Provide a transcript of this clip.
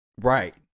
Right